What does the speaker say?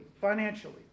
financially